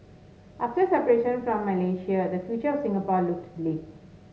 after separation from Malaysia the future of Singapore looked bleak